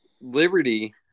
Liberty